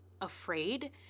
afraid